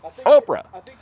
Oprah